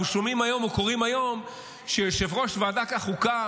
אנחנו שומעים או קוראים היום שיושב-ראש ועדת החוקה